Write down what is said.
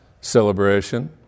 celebration